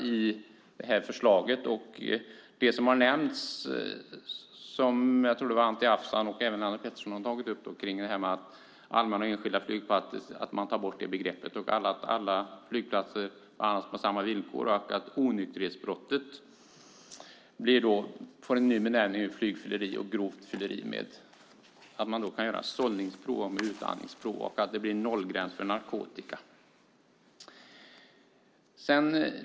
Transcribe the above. Jag tror att det var Anti Avsan som tog upp frågan om att uppdelningen i allmänna och enskilda flygplatser tas bort. Även Lennart Pettersson har tagit upp den frågan. Alla flygplatser ska behandlas på samma villkor, och onykterhetsbrottet benämns på annat sätt - flygfylleri och grovt fylleri. Man kan göra sållningsprov och utandningsprov. Dessutom blir det en nollgräns för narkotika.